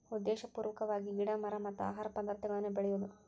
ಉದ್ದೇಶಪೂರ್ವಕವಾಗಿ ಗಿಡಾ ಮರಾ ಮತ್ತ ಆಹಾರ ಪದಾರ್ಥಗಳನ್ನ ಬೆಳಿಯುದು